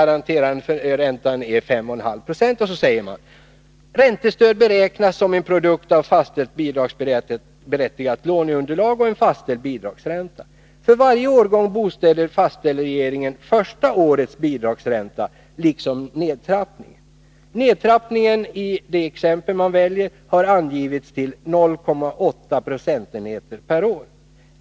Räntestöd beräknas som en produkt av fastställt bidragsberättigat LU och en fastställd bidragsränta. För varje årgång bostäder fastställer regeringen första årets bidragsränta liksom nedtrappningen. Nedtrappningen i nedanstående exempel har angivits till 0,8 procentenheter/år.